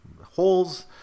holes